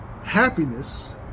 Happiness